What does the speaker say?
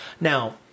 Now